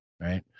right